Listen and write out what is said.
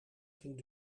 ging